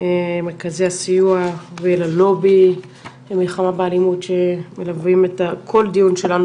מרכזי הסיוע וללובי למלחמה באלימות שמלווים כל דיון שלנו,